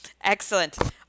Excellent